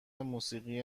موسیقی